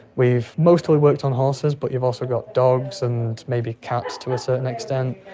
we've mostly worked on horses but you've also got dogs and maybe cats to a certain extent.